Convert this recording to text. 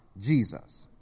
Jesus